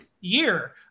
year